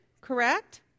correct